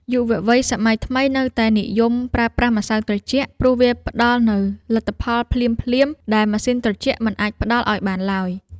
យុវវ័យសម័យថ្មីនៅតែនិយមប្រើប្រាស់ម្សៅត្រជាក់ព្រោះវាផ្តល់នូវលទ្ធផលភ្លាមៗដែលម៉ាស៊ីនត្រជាក់មិនអាចផ្ដល់ឱ្យបានឡើយ។